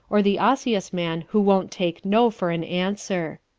or the osseous man who won't take no for an answer.